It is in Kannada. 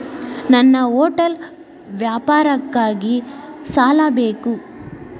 ನನ್ನ ಹೋಟೆಲ್ ವ್ಯಾಪಾರಕ್ಕಾಗಿ ಸಾಲ ಬೇಕು